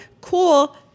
Cool